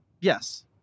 yes